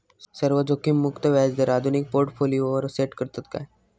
सर्व जोखीममुक्त व्याजदर आधुनिक पोर्टफोलियोवर सेट करतत काय?